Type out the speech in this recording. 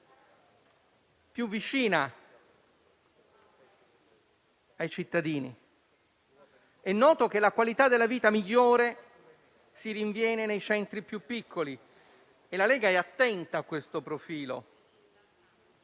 più vicina ai cittadini. È noto che la qualità della vita migliore si rinviene nei centri più piccoli e la Lega è attenta a questo profilo.